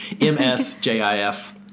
M-S-J-I-F